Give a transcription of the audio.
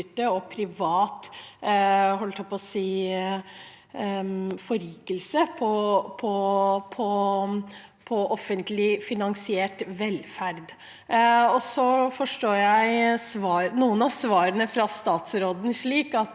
og berike seg på offentlig finansiert velferd. Jeg forstår noen av svarene fra statsråden slik at